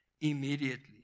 immediately